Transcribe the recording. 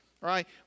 right